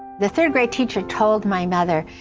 the third-grade teacher told my mother,